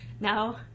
now